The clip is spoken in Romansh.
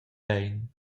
bein